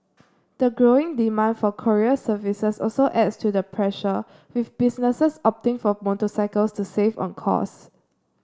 the growing demand for courier services also adds to the pressure with businesses opting for motorcycles to save on costs